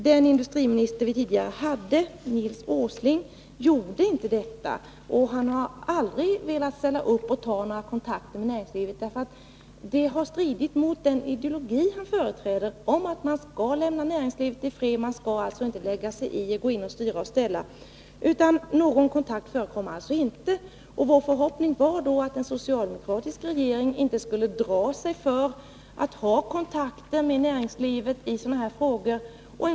Den industriminister som vi då hade, Nils Åsling, gjorde emellertid inte det, och han har aldrig velat ta kontakt med näringslivet. Det har stritt mot den ideologi han företräder: att man skall lämna näringslivet i fred, att man inte skall gå in och styra och ställa. Någon kontakt förekom alltså inte. Vår förhoppning var då att en socialdemokratisk regering inte skulle dra sig för att ta kontakt med näringslivet i sådana här frågor.